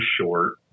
short